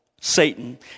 Satan